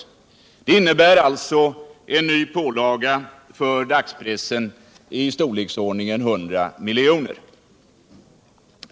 Det innebär alltså en ny pålaga för dagspressen i storleksordningen 100 miljoner.